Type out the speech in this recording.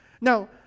Now